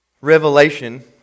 revelation